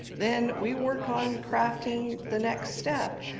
then we work on crafting the next step,